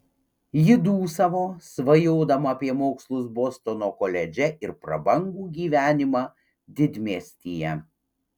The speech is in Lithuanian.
ji dūsavo svajodama apie mokslus bostono koledže ir prabangų gyvenimą didmiestyje